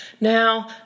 Now